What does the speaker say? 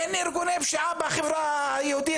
אין ארגוני פשיעה בחברה היהודית?